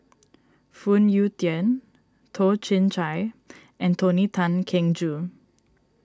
Phoon Yew Tien Toh Chin Chye and Tony Tan Keng Joo